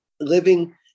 Living